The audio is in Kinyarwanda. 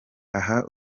aha